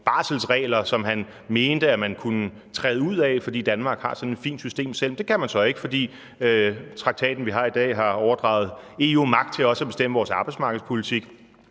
nogle barselsregler, som han mente at man kunne træde ud af, fordi Danmark har sådan et fint system selv, men det kan man så ikke, fordi traktaten, vi har i dag, har overdraget EU magt til også at bestemme vores arbejdsmarkedspolitik.